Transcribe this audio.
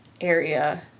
area